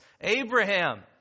Abraham